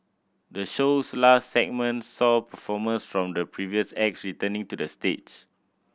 the show's last segment saw performers from the previous acts returning to the stage